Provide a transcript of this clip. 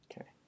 Okay